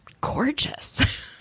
gorgeous